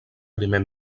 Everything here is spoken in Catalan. primer